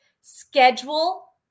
schedule